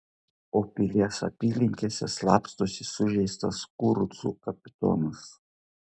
o pilies apylinkėse slapstosi sužeistas kurucų kapitonas